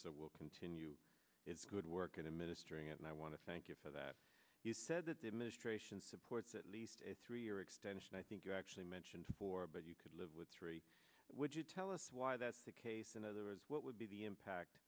so will continue its good work in the ministry and i want to thank you for that you said that the administration supports at least three year extension i think you actually mentioned four but you could live with three would you tell us why that's the case in other words what would be the impact